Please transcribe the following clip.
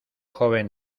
joven